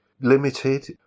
limited